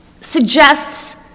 suggests